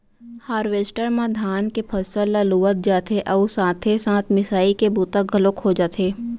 harvester म धान के फसल ल लुवत जाथे अउ साथे साथ मिसाई के बूता घलोक हो जाथे